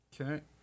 Okay